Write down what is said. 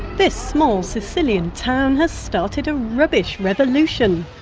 this small sicilian town has started a rubbish revolution.